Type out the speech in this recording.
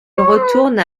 retourne